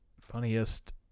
Funniest